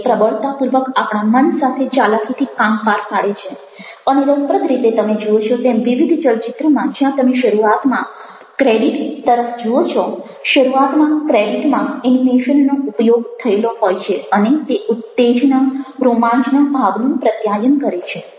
તે પ્રબળતાપૂર્વક આપણા મન સાથે ચાલાકીથી કામ પાર પાડે છે અને રસપ્રદ રીતે તમે જુઓ છો તેમ વિવિધ ચલચિત્રમાં જ્યાં તમે શરૂઆતમાં ક્રેડિટ તરફ જુઓ છો શરૂઆતના 'ક્રેડિટ'માં એનિમેશનનો ઉપયોગ થયેલો હોય છે અને તે ઉત્તેજના રોમાંચના ભાવનું પ્રત્યાયન કરે છે